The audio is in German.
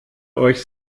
euch